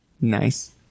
Nice